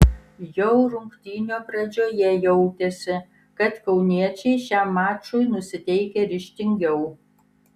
jau rungtynių pradžioje jautėsi kad kauniečiai šiam mačui nusiteikę ryžtingiau